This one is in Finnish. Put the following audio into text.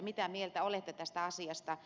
mitä mieltä olette tästä asiasta